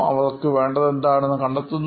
അവർക്ക് വേണ്ടത് എന്താണെന്ന് കണ്ടെത്തുന്നു